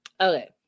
Okay